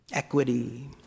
equity